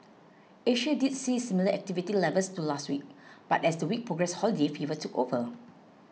Asia did see similar activity levels to last week but as the week progressed holiday fever took over